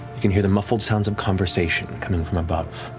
you can hear the muffled sounds of conversation coming from above.